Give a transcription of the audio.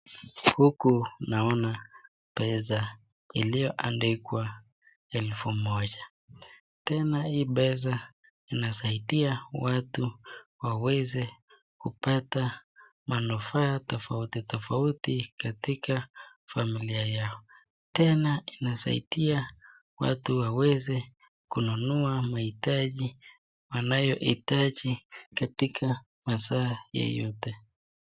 Huku naona pesa iliyoandikwa elfu moja tena hii pesa inasaidia watu waweze kupata manufaa tafauti tafauti katika familia yao, tena inasaidia watu waweze kununua maitaji wanayoitaji katika massa yoyote.